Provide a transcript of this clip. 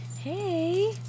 Hey